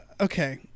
okay